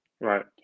Right